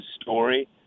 story